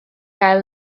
gael